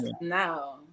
No